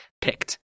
picked